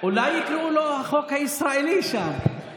אולי יקראו לו החוק הישראלי שם?